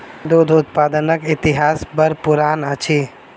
दूध उत्पादनक इतिहास बड़ पुरान अछि